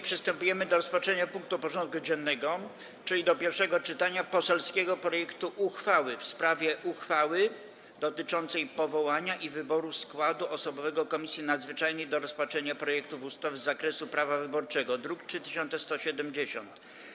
Przystępujemy do rozpatrzenia punktu 1. porządku dziennego: Pierwsze czytanie poselskiego projektu uchwały o zmianie uchwały w sprawie powołania i wyboru składu osobowego Komisji Nadzwyczajnej do rozpatrzenia projektów ustaw z zakresu prawa wyborczego (druk nr 3170)